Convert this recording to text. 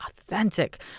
authentic